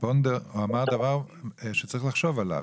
שפונדר זה דבר שצריך לחשוב עליו.